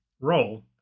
role